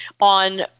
On